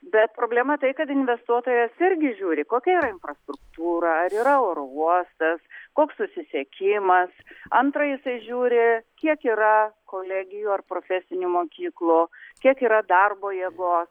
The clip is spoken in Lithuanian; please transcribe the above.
bet problema tai kad investuotojas irgi žiūri kokia yra infrastruktūra ar yra oro uostas koks susisiekimas antra jisai žiūri kiek yra kolegijų ar profesinių mokyklų kiek yra darbo jėgos